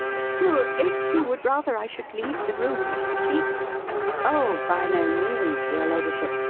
still, if you would rather i should leave the room, mr. cleek oh, by no means, your ladyship.